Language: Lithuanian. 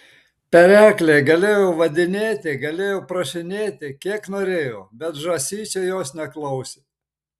pereklė galėjo vadinėti galėjo prašinėti kiek norėjo bet žąsyčiai jos neklausė